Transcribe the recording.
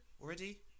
already